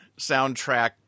soundtrack